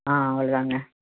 ஆ அவ்வளோ தான்ங்க